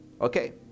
okay